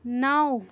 نَو